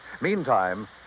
Meantime